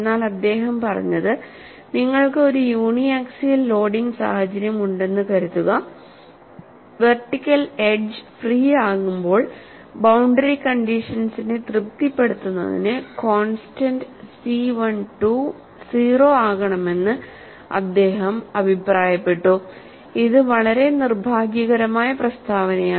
എന്നാൽ അദ്ദേഹം പറഞ്ഞത് നിങ്ങൾക്ക് ഒരു യൂണി ആക്സിയൽ ലോഡിംഗ് സാഹചര്യം ഉണ്ടെന്ന് കരുതുക വെർട്ടിക്കൽ എഡ്ജ് ഫ്രീ ആകുമ്പോൾ ബൌണ്ടറി കണ്ടീഷൻസിനെ തൃപ്തിപ്പെടുത്തുന്നതിന് കോൺസ്റ്റന്റ് സി 1 2 0 ആകണമെന്ന് അദ്ദേഹം അഭിപ്രായപ്പെട്ടു ഇത് വളരെ നിർഭാഗ്യകരമായ പ്രസ്താവനയാണ്